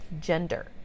gender